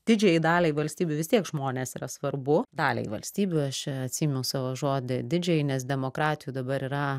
didžiajai daliai valstybių vis tiek žmonės yra svarbu daliai valstybių aš čia atsiėmiau savo žodį didžiai nes demokratijų dabar yra